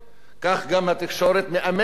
כך גם התקשורת מאמצת